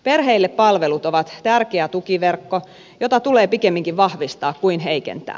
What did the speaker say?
perheille palvelut ovat tärkeä tukiverkko jota tulee pikemminkin vahvistaa kuin heikentää